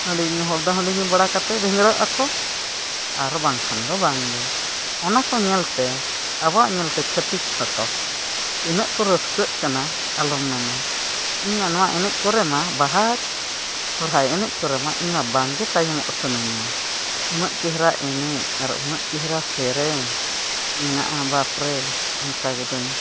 ᱦᱟᱺᱰᱤ ᱧᱩ ᱦᱚᱲ ᱫᱚ ᱦᱟᱺᱰᱤ ᱧᱩ ᱵᱟᱲᱟ ᱠᱟᱛᱮᱫ ᱵᱷᱤᱸᱫᱟᱹᱲᱚᱜᱼᱟᱠᱚ ᱟᱨ ᱵᱟᱝᱠᱷᱟᱱ ᱫᱚ ᱵᱟᱝᱜᱮ ᱚᱱᱟᱠᱚ ᱧᱮᱞᱛᱮ ᱟᱵᱚᱣᱟᱜ ᱧᱮᱞᱛᱮ ᱪᱷᱟᱹᱛᱤᱠ ᱯᱟᱴᱷᱚᱠ ᱛᱤᱱᱟᱹᱜ ᱠᱚ ᱨᱟᱹᱥᱠᱟᱹᱜ ᱠᱟᱱᱟ ᱟᱞᱚᱢ ᱢᱮᱱᱟ ᱤᱧᱢᱟ ᱱᱚᱣᱟ ᱮᱱᱮᱡ ᱠᱚᱨᱮᱢᱟ ᱵᱟᱦᱟ ᱥᱚᱦᱨᱟᱭ ᱮᱱᱮᱡ ᱠᱚᱨᱮᱢᱟ ᱤᱧᱢᱟ ᱵᱟᱝᱜᱮ ᱛᱟᱭᱚᱢᱚᱜ ᱥᱟᱱᱟᱧᱟ ᱩᱱᱟᱹᱜ ᱪᱮᱦᱨᱟ ᱮᱱᱮᱡ ᱟᱨ ᱩᱱᱟᱹᱜ ᱪᱮᱦᱨᱟ ᱥᱮᱨᱮᱧ ᱢᱮᱱᱟᱜᱼᱟ ᱵᱟᱯᱨᱮ ᱚᱱᱠᱟ ᱜᱚᱫᱟᱧ